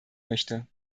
möchte